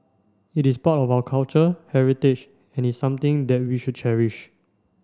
it is part of our culture heritage and is something that we should cherish